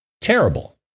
terrible